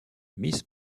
miss